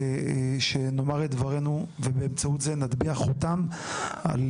ושנאמר את דברינו ובאמצעות זה נטביע חותם על